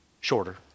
shorter